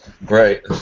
Right